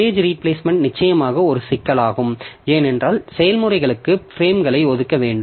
page replacement நிச்சயமாக ஒரு சிக்கலாகும் ஏனென்றால் செயல்முறைகளுக்கு பிரேம்களை ஒதுக்க வேண்டும்